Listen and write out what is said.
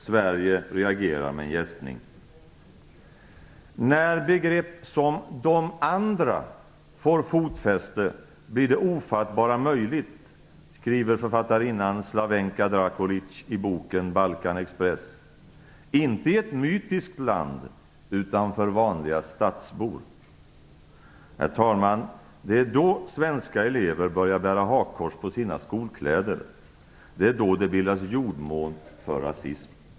Sverige reagerar med en gäspning. När begrepp som "de andra" får fotfäste blir det ofattbara möjligt, skriver författarinnan Slavenka Drakulic i boken Balkanexpress, inte i ett mytiskt land utan för vanliga stadsbor. Herr talman! Det är då svenska elever börjar att bära hakkors på sina skolkläder. Det är då det bildas jordmån för rasism.